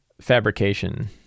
fabrication